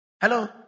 Hello